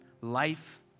life